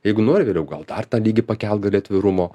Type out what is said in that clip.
jeigu nori vėliau gal dar tą lygį pakelt gali atvirumo